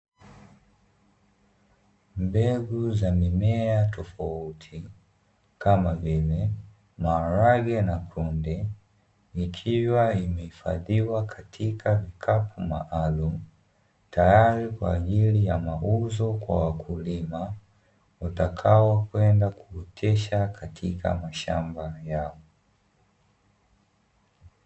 Mbegu za mimea tofauti kama vile maharage na kunde ikiwa imehifadhiwa katika kikapu maalumu. Tayari kwa ajili ya mauzo kwa wakulima utakaokwenda kupitisha katika mashamba yao.